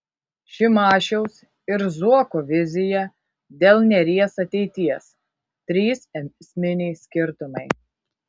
šimašiaus ir zuoko vizija dėl neries ateities trys esminiai skirtumai